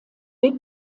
big